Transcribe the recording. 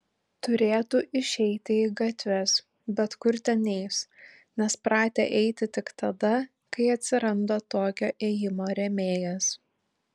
turėtų išeiti į gatves bet kur ten eis nes pratę eiti tik tada kai atsiranda tokio ėjimo rėmėjas